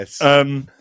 Yes